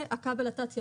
והכבל התת ימי,